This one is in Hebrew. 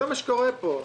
זה מה שקורה פה.